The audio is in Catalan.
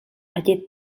aquest